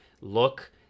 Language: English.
Look